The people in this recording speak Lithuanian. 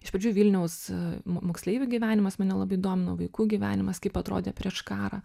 iš pradžių vilniaus m moksleivių gyvenimas mane labai domino vaikų gyvenimas kaip atrodė prieš karą